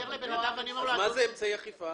אז מה זה אמצעי אכיפה?